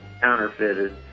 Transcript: counterfeited